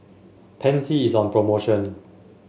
Pansy is on promotion